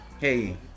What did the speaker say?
Hey